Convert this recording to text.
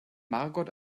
margot